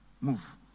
move